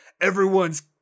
everyone's